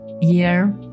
year